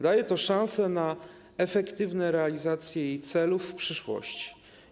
Daje to szansę na efektywne realizacje jej celów w przyszłości.